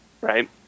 right